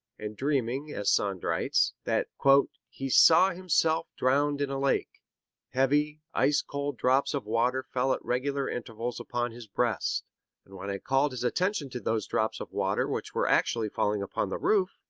and dreaming, as sand writes, that he saw himself drowned in a lake heavy, ice cold drops of water fell at regular intervals upon his breast and when i called his attention to those drops of water which were actually falling upon the roof,